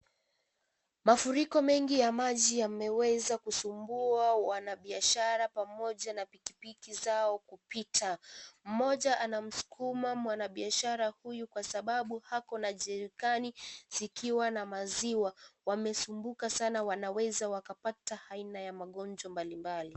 Mafuriko mengi ya maji yameweza kusumbua wanabiashara pamoja na pikipiki zao kupita. Mmoja anamskuma mwana biashara Kwa sababu ako na jerikani likiwa na maziwa, wamesumbuka wanaeza wakapata aina ya magonjwa mbalimbali.